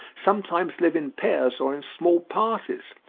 sometimes live in pairs or in small parties,